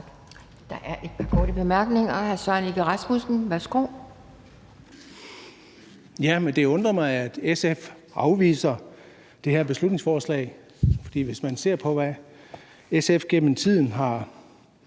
Der er et par korte bemærkninger. Hr. Søren Egge Rasmussen, værsgo. Kl. 18:00 Søren Egge Rasmussen (EL): Det undrer mig, at SF afviser det her beslutningsforslag, for hvis man ser på, hvad SF gennem tiden har